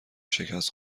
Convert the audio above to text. شکست